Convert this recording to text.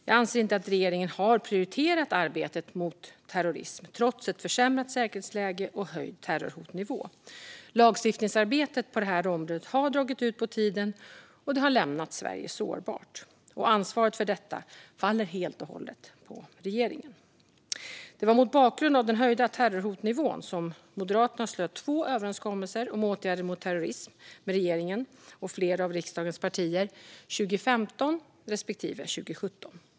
Jag anser inte att regeringen har prioriterat arbetet mot terrorism trots ett försämrat säkerhetsläge och en höjd terrorhotnivå. Lagstiftningsarbetet på detta område har dragit ut på tiden, och det har lämnat Sverige sårbart. Ansvaret för detta faller helt och hållet på regeringen. Det var mot bakgrund av den höjda terrorhotnivån som Moderaterna slöt två överenskommelser om åtgärder mot terrorism med regeringen och flera av riksdagens partier 2015 respektive 2017.